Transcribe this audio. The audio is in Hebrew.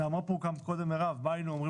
גם אמרה פה מירב בן ארי